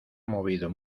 movido